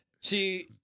See